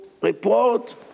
report